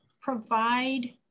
provide